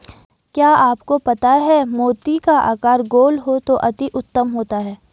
क्या आपको पता है मोती का आकार गोल हो तो अति उत्तम होता है